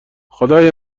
خدای